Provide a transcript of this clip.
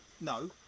No